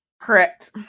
Correct